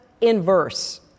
inverse